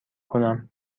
کنم